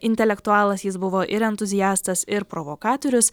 intelektualas jis buvo ir entuziastas ir provokatorius